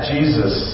Jesus